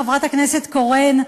חברת הכנסת קורן.